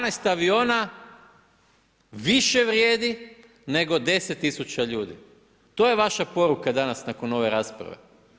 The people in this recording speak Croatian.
12 aviona više vrijedi nego 10 tisuća ljudi, to je vaša poruka danas nakon ove rasprave.